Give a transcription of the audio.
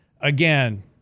Again